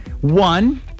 one